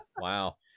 Wow